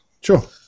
Sure